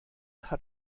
hat